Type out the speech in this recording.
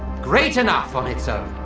great enough on its own